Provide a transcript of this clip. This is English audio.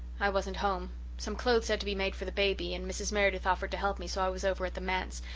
i wasn't home some clothes had to be made for the baby and mrs. meredith offered to help me, so i was over at the manse,